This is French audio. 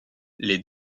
les